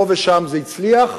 פה ושם זה הצליח,